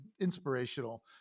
inspirational